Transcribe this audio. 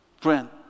friend